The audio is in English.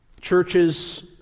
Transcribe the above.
Churches